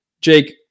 Jake